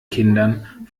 kindern